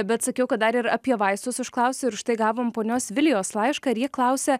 bet sakiau kad dar ir apie vaistus užklausiu ir štai gavom ponios vilijos laišką ir ji klausia